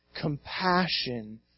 compassion